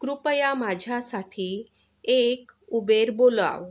कृपया माझ्यासाठी एक उबेर बोलाव